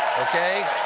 okay.